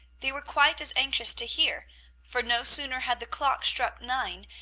they were quite as anxious to hear for no sooner had the clock struck nine,